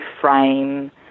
frame